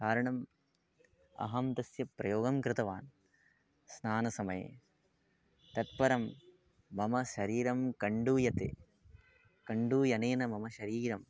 कारणम् अहं तस्य प्रयोगं कृतवान् स्नान समये तत्परं मम शरीरं कण्डूयते कण्डूयनेन मम शरीरं